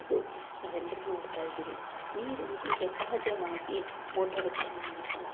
ನಾವೆಲ್ಲರೂ ನೋಡ್ತಾ ಇದ್ದೀವಿ ನೀರು ಈಗ ಸಹಜವಾಗಿ ಮೋಟಾರುಗಳ ಮೂಲಕ